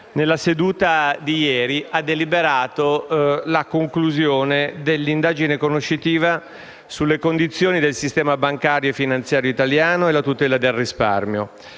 nella seduta di ieri, ha deliberato la conclusione dell'indagine conoscitiva sulle condizioni del sistema bancario e finanziario italiano e la tutela del risparmio,